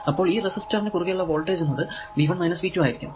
അപ്പോൾ ഈ റെസിസ്റ്റർ നു കുറുകെ ഉള്ള വോൾടേജ് എന്നത്V1 V2 ആയിരിക്കും